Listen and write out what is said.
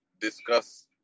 discuss